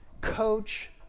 Coach